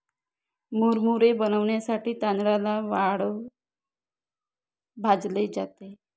मुरमुरे बनविण्यासाठी तांदळाला वाळूत भाजले जाते